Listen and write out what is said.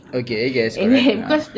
okay I guess correct ya